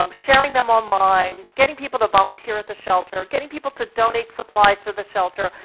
um sharing them online, getting people to volunteer at the shelter, getting people to donate supplies to the shelter,